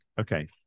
okay